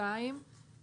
נובע